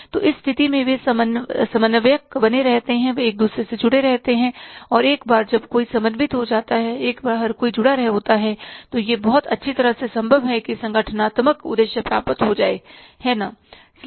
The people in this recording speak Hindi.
तो उस स्थिति में वे समन्वयक बने रहते हैं वे एक दूसरे से जुड़े रहते हैं और एक बार जब हर कोई समन्वित हो जाता है एक बार हर कोई जुड़ा होता है तो यह बहुत अच्छी तरह से संभव है कि संगठनात्मक उद्देश्य प्राप्त हो जाएगा है ना